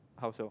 how so